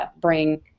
bring